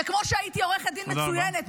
וכמו שהייתי עורכת דין מצוינת,